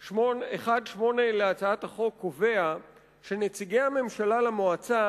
הצעת החוק קובעת שנציגי הממשלה למועצה